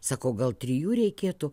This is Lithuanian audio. sakau gal trijų reikėtų